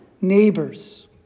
neighbors